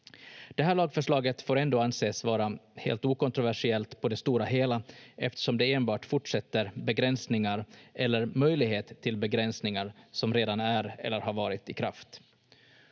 Det här lagförslaget får ändå anses vara helt okontroversiellt på det stora hela, eftersom det enbart fortsätter begränsningar eller möjlighet till begränsningar som redan är eller har varit i kraft.